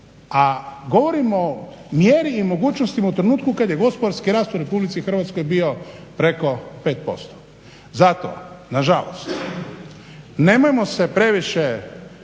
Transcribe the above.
a govorimo o mjeri i mogućnostima u trenutku kad je gospodarski rast u Republici Hrvatskoj bio preko 5%. Zato nažalost nemojmo se previše